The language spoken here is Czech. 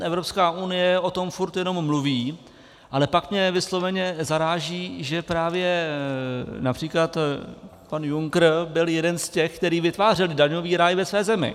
Evropská unie o tom furt jenom mluví, ale pak mě vysloveně zaráží, že právě například pan Juncker byl jeden z těch, který vytvářel daňový ráj ve své zemí.